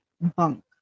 bunk